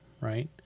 right